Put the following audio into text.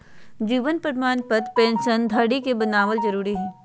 जीवन प्रमाण पत्र पेंशन धरी के बनाबल जरुरी हइ